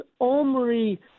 Omri